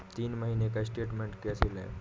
तीन महीने का स्टेटमेंट कैसे लें?